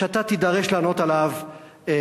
ואתה תידרש לענות בהמשך,